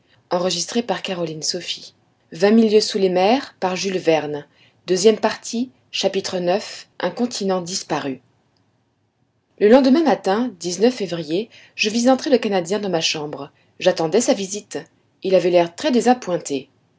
insurgée ix un continent disparu le lendemain matin février je vis entrer le canadien dans ma chambre j'attendais sa visite il avait l'air très désappointé